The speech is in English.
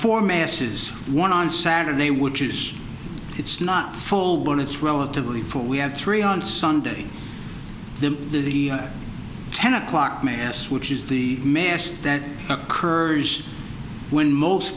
four masses one on saturday which is it's not full one it's relatively four we have three on sunday the the ten o'clock mass which is the mass that occurs when most